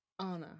Anna